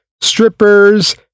strippers